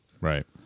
Right